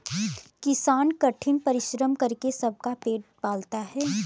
किसान कठिन परिश्रम करके सबका पेट पालता है